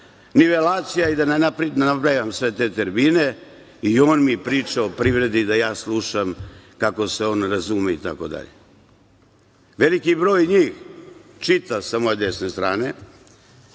nivelacija i da ne nabrajam sve te termine i on mi priča o privredi da ja slušam kako se on razume, itd. Veliki broj njih čita sa moje desne strane,